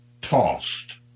tossed